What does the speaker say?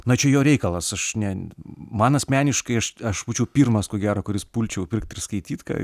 na čia jo reikalas aš ne man asmeniškai aš aš būčiau pirmas ko gero kuris pulčiau pirkt ir skaityt ką